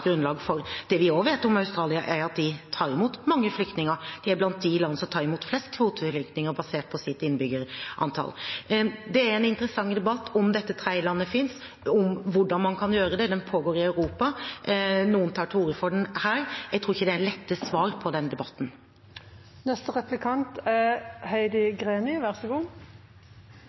grunnlag for. Det vi også vet om Australia, er at de tar imot mange flyktninger. De er blant de land som tar imot flest kvoteflyktninger basert på sitt innbyggertall. Det er en interessant debatt om dette tredjelandet finnes, og om hvordan man kan gjøre det. Den pågår i Europa. Noen tar til orde for den her. Jeg tror ikke det er lette svar på den debatten.